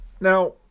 Now